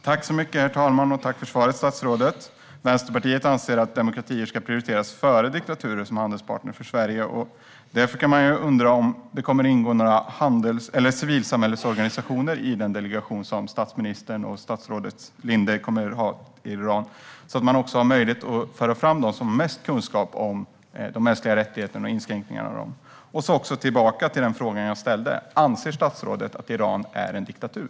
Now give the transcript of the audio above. Herr talman! Jag tackar statsrådet för svaret. Vänsterpartiet anser att demokratier ska prioriteras framför diktaturer som handelspartner för Sverige. Därför kan man undra om några civilsamhällesorganisationer kommer att ingå i den delegation statsministern och statsrådet Linde kommer att ha i Iran, så att det finns möjlighet att föra fram dem som har mest kunskap om de mänskliga rättigheterna och inskränkningarna av dem. Jag vill även gå tillbaka till den fråga jag ställde. Anser statsrådet att Iran är en diktatur?